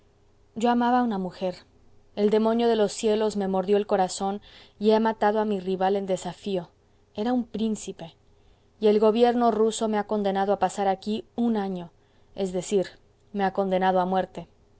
yo amaba a una mujer el demonio de los celos me mordió el corazón y he matado a mi rival en desafio era un príncipe y el gobierno ruso me ha condenado a pasar aquí un año es decir me ha condenado a muerte